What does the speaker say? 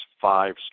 five